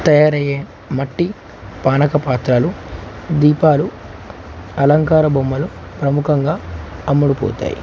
తయారయ్యే మట్టి పానక పాత్రలు దీపాలు అలంకార బొమ్మలు ప్రముఖంగా అమ్ముడు పోతాయి